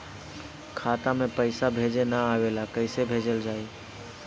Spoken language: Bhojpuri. खाता में पईसा भेजे ना आवेला कईसे भेजल जाई?